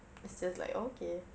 it's just like okay